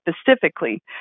specifically